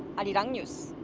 arirang news.